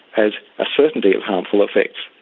as a certainty of harmful effects.